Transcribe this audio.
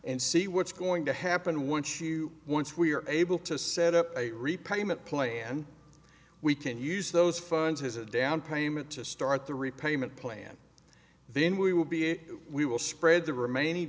and see what's going to happen once you once we are able to set up a repayment plan we can use those funds as a down payment to start the repayment plan then we will be we will spread the remaining